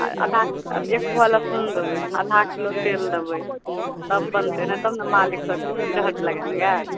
आ आधा एक पौआ लहसुन देबै आधा किलो तेल देबै तब बनतै तब ने मालिक सब खेतै चहट लगाए लगाए